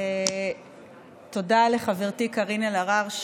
ותודה לחברתי קארין אלהרר,